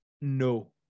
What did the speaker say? No